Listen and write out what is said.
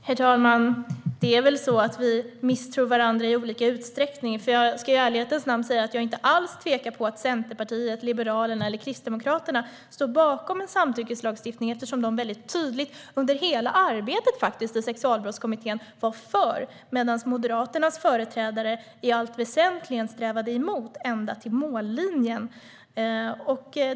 Herr talman! Det är väl så att vi misstror varandra i olika utsträckning. Jag ska i ärlighetens namn säga att jag inte alls tvivlar på att Centerpartiet, Liberalerna eller Kristdemokraterna står bakom en samtyckeslagstiftning eftersom de väldigt tydligt under hela arbetet i Sexualbrottskommittén var för, medan Moderaternas företrädare i allt väsentligt strävade emot ända fram till mållinjen.